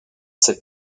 cette